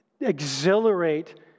exhilarate